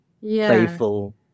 playful